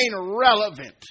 relevant